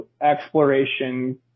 exploration